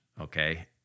okay